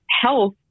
health